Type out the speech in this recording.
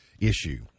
issue